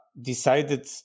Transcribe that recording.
decided